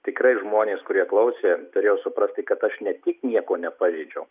tikrai žmonės kurie klausė turėjo suprasti kad aš ne tik nieko nepažeidžiau